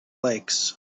lakes